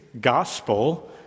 gospel